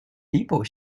people